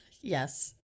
Yes